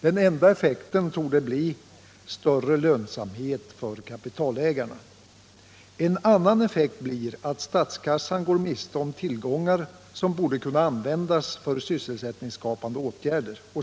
Den enda effekten torde bli större lönsamhet för kapitalägarna. En annan effekt blir att statskassan går miste om tillgångar som borde kunna användas för sysselsättningsskapande åtgärder.